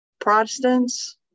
protestants